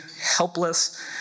helpless